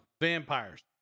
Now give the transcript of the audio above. vampires